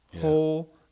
whole